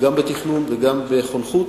בתכנון וגם בחונכות,